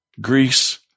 Greece